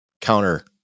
counter